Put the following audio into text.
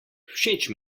všeč